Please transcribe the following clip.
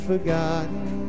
forgotten